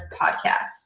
podcast